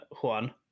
Juan